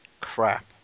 crap